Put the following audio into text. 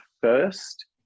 first